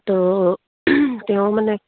ত' তেওঁ মানে